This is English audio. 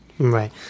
Right